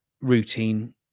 routine